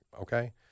Okay